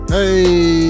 hey